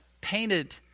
painted